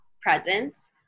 presence